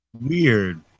Weird